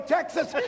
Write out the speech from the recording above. Texas